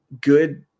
good